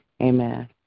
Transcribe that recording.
Amen